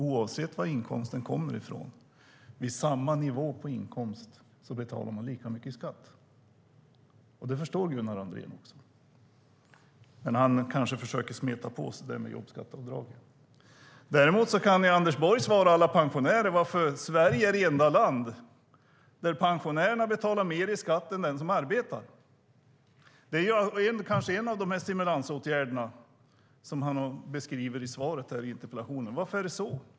Oavsett var inkomsten kommer från och vid samma nivå på inkomst betalar man lika mycket i skatt. Detta förstår Gunnar Andrén, men han kanske försöker smeta på med jobbskatteavdraget. Kan Anders Borg svara alla pensionärer på varför Sverige är det enda landet där en pensionär betalar mer i skatt än den som arbetar? Det kanske är en av de stimulansåtgärder som han beskriver i interpellationssvaret.